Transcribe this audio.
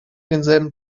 denselben